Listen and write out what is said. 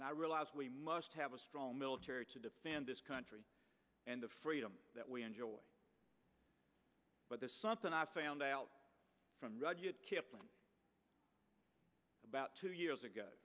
and i realize we must have a strong military to defend this country and the freedom that we enjoy but there's something i found out from rudyard kipling about two years ago